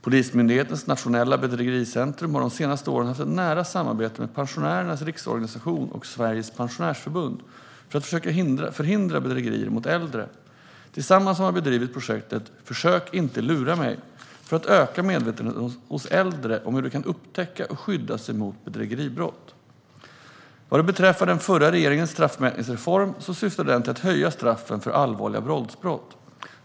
Polismyndighetens nationella bedrägericentrum har de senaste åren haft ett nära samarbete med Pensionärernas Riksorganisation och Sveriges Pensionärsförbund för att försöka förhindra bedrägerier mot äldre. Tillsammans har man drivit projektet Försök inte lura mig, för att öka medvetenheten hos äldre om hur de kan upptäcka och skydda sig mot bedrägeribrott. Vad beträffar den förra regeringens straffmätningsreform syftade den till att höja straffen för allvarliga våldsbrott.